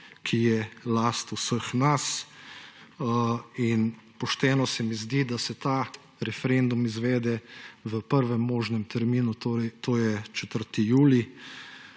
ki je last vseh nas, in pošteno se mi zdi, da se ta referendum izvede v prvem možnem terminu, torej to je 4. julij.